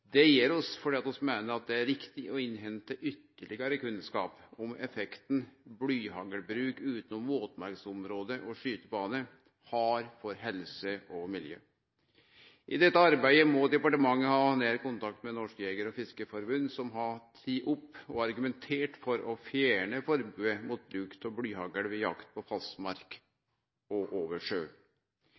Det gjer vi fordi vi meiner at det er riktig å innhente ytterlegare kunnskap om effekten blyhaglbruk utanom våtmarksområde og skytebanar har for helse og miljø. I dette arbeidet må departementet ha nær kontakt med Norges Jeger- og Fiskerforbund, som har teke opp og argumentert for å fjerne forbodet mot bruk av blyhagl ved jakt på fastmark og over sjø.